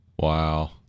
Wow